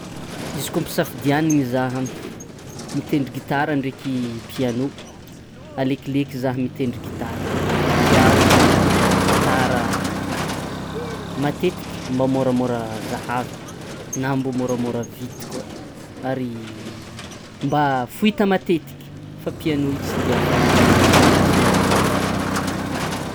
Izy koa ampisafidianana zah mitendry gitara ndreky piano alekoleky zah mitendry gitara satria o gitara maztetiky mba môramôra zahavana na mba môramôra vidy koa ary mba foita matetiky fa piano io tsy dia fahita loatra en plusny izy lafo vidy.